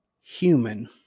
human